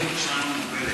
ואני